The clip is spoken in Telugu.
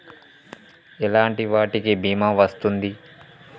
ఎలాంటి వాటికి బీమా వస్తుంది?